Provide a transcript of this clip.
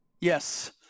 Yes